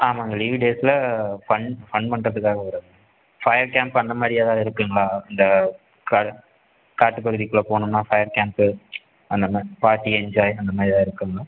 ஆமாங்க லீவ் டேஸ்சில் fun fun பண்ணுறதுக்காக வரோங்க ஃபயர் கேம்ப் அந்தமாதிரி ஏதாவது இருக்கும்ங்களா இந்த க்ரா காட்டுப்பகுதிக்குள்ளே போகணுன்னா ஃபயர் கேம்ப்பு அந்தமாதிரி பார்ட்டி என்ஜாய் அந்தமாதிரி எதாவது இருக்குங்களா